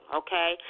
okay